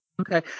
Okay